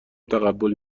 تقبل